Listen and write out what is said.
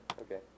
Okay